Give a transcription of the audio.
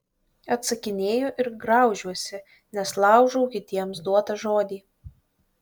atsakinėju ir graužiuosi nes laužau kitiems duotą žodį